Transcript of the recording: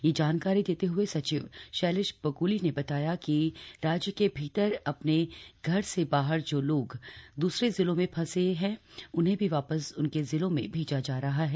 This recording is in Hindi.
यह जानकारी देते हुए सचिव शैलेश बगोली ने बताया कि राज्य के भीतर अपने घर से बाहर जो लोग दूसरे जिलों में फंसे हैं उन्हें भी वापस उनके जिलों में भेजा जा रहा है